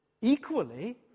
Equally